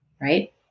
right